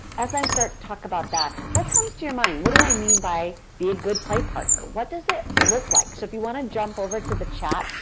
as i start to talk about that, what comes to your mind? what do i mean by be a good play partner? what does it look like? so, if you want to jump over to the chat,